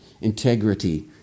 integrity